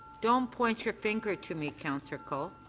don't point your finger to me, councillor colle.